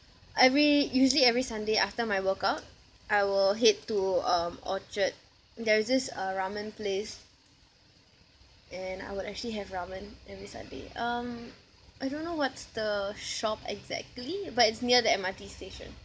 every usually every sunday after my workout I will head to um orchard there is this uh ramen place and I would actually have ramen every sunday um I don't know what's the shop exactly but it's near the M_R_T station